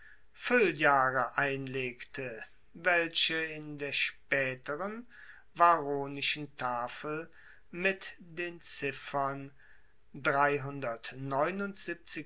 fuelljahre einlegte welche in der spaeteren varronischen tafel mit den ziffern